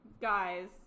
guys